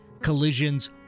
collisions